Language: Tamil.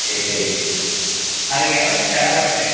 சரி சரிங்க அதுக்கு எவ்வளோங்க செலவாகும்